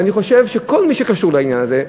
ואני חושב שכל מי שקשור לעניין הזה,